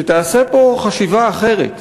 שתיעשה פה חשיבה אחרת,